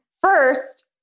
First